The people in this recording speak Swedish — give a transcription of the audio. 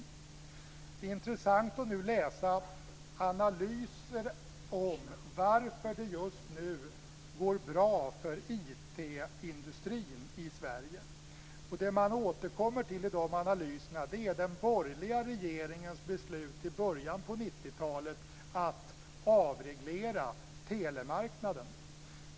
Det är intressant att nu läsa analyser av varför det just nu går bra för IT-industrin i Sverige. Det som man återkommer till i de analyserna är den borgerliga regeringens beslut i början på 90-talet att avreglera telemarknaden.